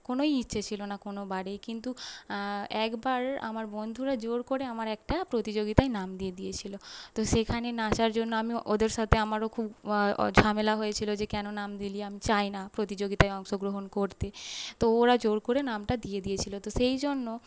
কোনোই ইচ্ছে ছিল না কোনোবারেই কিন্তু একবার আমার বন্ধুরা জোর করে আমার একটা প্রতিযোগিতায় নাম দিয়ে দিয়েছিল তো সেখানে নাচার জন্য আমি ওদের সাথে আমারও খুব ঝামেলা হয়েছিল যে কেন নাম দিলি আমি চাই না প্রতিযোগিতায় অংশগ্রহণ করতে তো ওরা জোর করে নামটা দিয়ে দিয়েছিল তো সেই জন্য